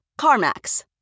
CarMax